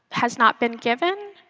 has not been given.